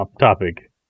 topic